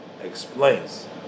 explains